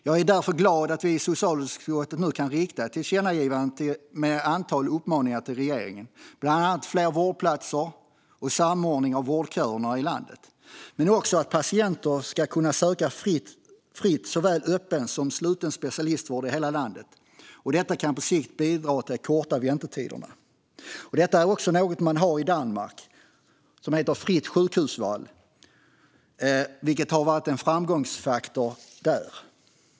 Jag är därför glad att vi i socialutskottet nu kan rikta ett tillkännagivande med ett antal uppmaningar till regeringen, bland annat fler vårdplatser och samordning av vårdköerna i landet, men också att patienter ska kunna söka fritt såväl öppen som sluten specialistvård i hela landet. Detta kan på sikt bidra till att korta väntetiderna. Fritt sjukhusval är något som man har i Danmark, vilket har varit en framgångsfaktor där.